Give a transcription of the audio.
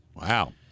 Wow